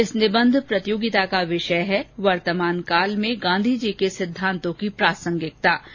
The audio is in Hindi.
इस निबंध प्रतियोगिता का विष्जय है वर्तमान काल में गांधी जी के सिद्धान्तों की प्रासंगिकता